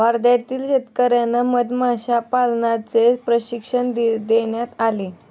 वर्ध्यातील शेतकर्यांना मधमाशा पालनाचे प्रशिक्षण देण्यात आले